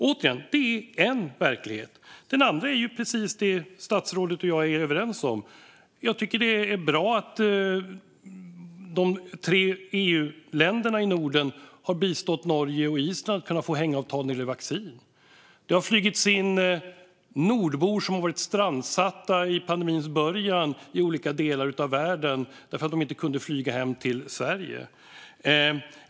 Återigen, det är en verklighet. Den andra verkligheten är precis det som statsrådet och jag är överens om. Det är bra att de tre EU-länderna i Norden har bistått Norge och Island när det gäller att få hängavtal för vaccin. Under pandemins början flögs svenskar hem till Norden då de var strandsatta i olika delar av världen och inte kunde flyga hem till Sverige.